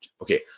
Okay